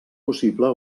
possible